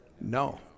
No